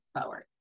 forward